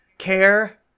Care